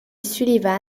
sullivan